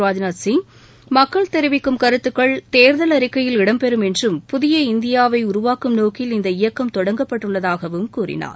ராஜ்நாத் சிங் மக்களள் தெரிவித்த கருத்துகள் தேர்தல் அறிக்கையில் இடம்பெறும் என்றும் புதிய இந்தியாவை உருவாக்கும் நோக்கில் இந்த இயக்கம் தொடங்கப்பட்டுள்ளதாகவும் கூறினார்